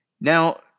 Now